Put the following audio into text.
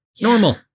Normal